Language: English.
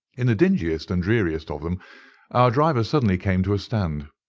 in the dingiest and dreariest of them our driver suddenly came to a stand.